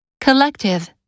Collective